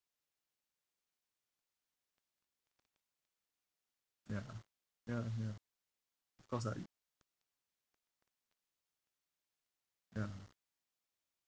ya ya ya because I ya